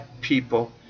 people